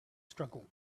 struggle